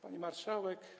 Pani Marszałek!